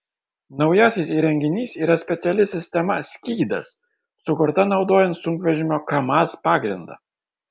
naujasis įrenginys yra speciali sistema skydas sukurta naudojant sunkvežimio kamaz pagrindą